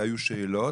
היו שאלות,